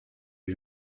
lui